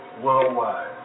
worldwide